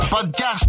Podcast